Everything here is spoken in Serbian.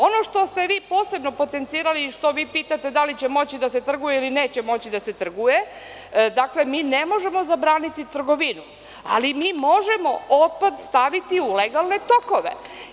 Ono što ste vi posebno potencirali i što vi pitate da li će moći da se trguje ili neće moći da se trguje, dakle, mi ne možemo zabraniti trgovinu, ali mi možemo otpad staviti u legalne tokove.